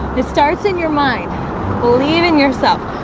it starts in your mind believe in yourself.